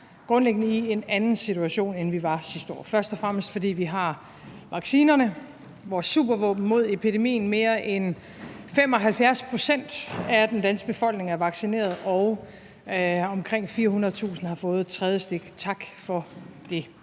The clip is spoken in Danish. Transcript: grundlæggende i en anden situation, end vi var sidste år, først og fremmest fordi vi har vaccinerne – vores supervåben mod epidemien. Mere end 70 pct. af den danske befolkning er vaccineret, og omkring 400.000 har fået det tredje stik. Tak for det.